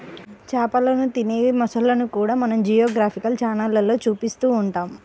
చేపలను తినే మొసళ్ళను కూడా మనం జియోగ్రాఫికల్ ఛానళ్లలో చూస్తూ ఉంటాం